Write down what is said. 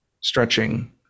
stretching